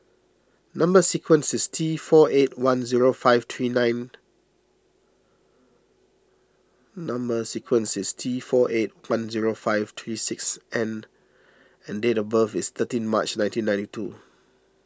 Number Sequence is T four eight one zero five three nine Number Sequence is T four eight one zero five three six N and date of birth is thirteen March nineteen ninety two